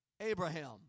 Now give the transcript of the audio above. Abraham